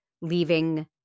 leaving